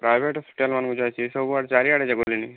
private hospital ମାନଙ୍କୁ ଯାଇଛି ସବୁଆଡ଼େ ଚାରିଆଡ଼େ ଯେ ଗଲିଣି